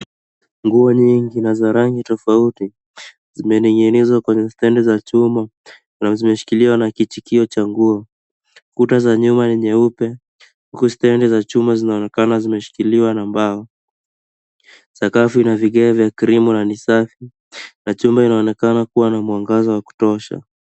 Nguo nyingi na za rangi tofauti zimening'inizwa kwenye stendi za chuma na zimeshikiliwa na kitikio cha nguo. Kuta za nyumba ni nyeupe huku stendi za chuma zinaonekana zimeshikiliwa na mbao. Sakafu ina vigae vya krimu na ni safi na chumba inaonekana kuwa na mwangaza wa kutosha.